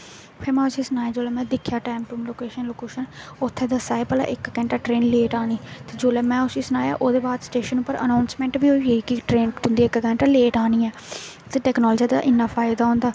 फिर में उसी सनाया जिसलै में दिक्खेआ टैम उप्पर लोकेशन लूकेशन उत्थे दस्सा दे भला इक घैंटा ट्रेन लेट आनी ते जिसले में उसी सनाया ओहदे बाद च स्टेशन उप्पर अनाउसमेंट बी होई गेई कि ट्रेन तुं'दी इक घैंटा लेट आनी ऐ ते टेक्नालाॅजी दा इन्ना फायदा होंदा